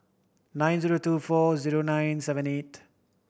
nine zero two four zero nine seven eight